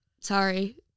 sorry